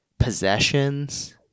possessions